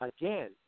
again